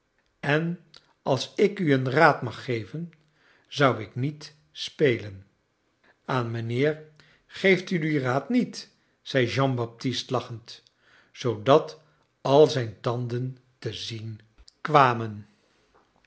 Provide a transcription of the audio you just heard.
en als ik u een raad mag gevea zou ik niet spelen aan mijnheer geeft u dien raad niet i zei jean baptist lachend zoodat al zijn tanden te zien kwamen